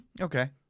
Okay